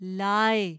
lie